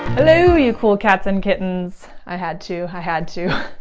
hello, you cool cats and kittens. i had to. i had to.